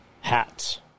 hats